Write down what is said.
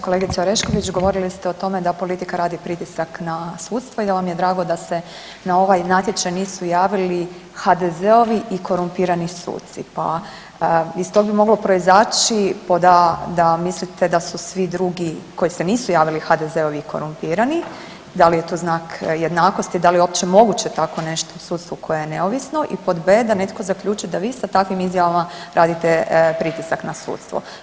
Kolegice Orešković, govorili ste o tome da politika radi pritisak na sudstvo i da vam je drago da se na ovaj natječaj nisu javili HDZ-ovi i korumpirani suci, pa iz tog bi moglo proizaći da, da mislite da su svi drugi koji se nisu javili HDZ-ovi korumpirani, da li je to znak jednakosti, da li je uopće moguće tako nešto u sudstvu koje je neovisno i pod b) da netko zaključi da vi sa takvim izjavama radite pritisak na sudstvo?